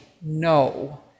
no